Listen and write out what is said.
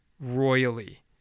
royally